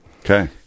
Okay